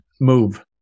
move